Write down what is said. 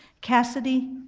cassidy,